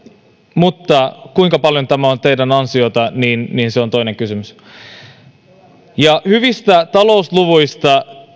mutta kuinka paljon tämä on teidän ansiotanne se on toinen kysymys hyvistä talousluvuista